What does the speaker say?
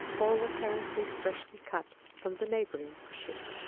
all apparently freshly cut from the neighboring bushes.